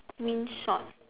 green shorts